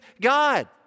God